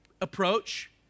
approach